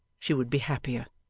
she would be happier.